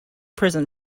prison